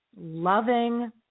loving